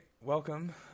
Welcome